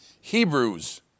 Hebrews